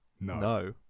No